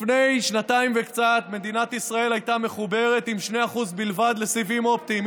לפני שנתיים וקצת מדינת ישראל הייתה מחוברת עם 2% בלבד לסיבים אופטיים,